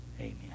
Amen